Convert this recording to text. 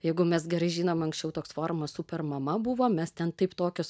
jeigu mes gerai žinom anksčiau toks forumas super mama buvo mes ten taip tokios